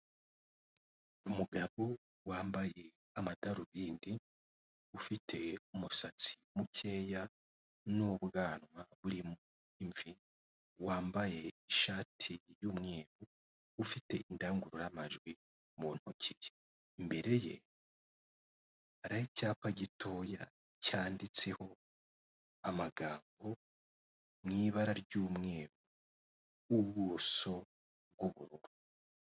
Umugabo wambaye amadarubindi ufite umusatsi mukeya n'ubwanwa burimo imvi wambaye ishati y'umweru ufite indangururamajwi mu ntoki, imbere ye hari icyapa gitoya cyanditseho amagambo mu ibara ry'mweru n'ubuso bw'ubururu.